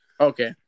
okay